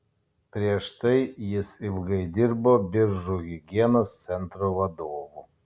prieš tai jis ilgai dirbo biržų higienos centro vadovu